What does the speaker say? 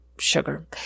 sugar